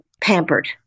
pampered